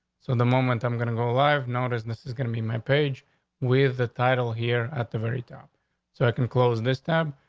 so the moment i'm going to go live now, business is gonna be my page with the title here at the very time so i can close this tab.